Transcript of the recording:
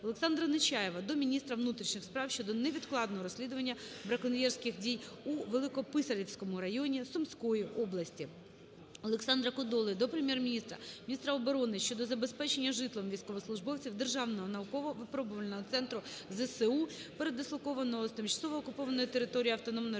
Олександра Нечаєва до міністра внутрішніх справ щодо невідкладного розслідування браконьєрських дій уВеликописарівському районі Сумської області. Олександра Кодоли до Прем'єр-міністра, міністра оборони щодо забезпечення житлом військовослужбовців Державного науково-випробувального центру ЗСУ, передислокованого з тимчасово окупованої території Автономної Республіки